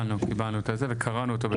קיבלנו, קיבלנו את זה וקראנו אותו.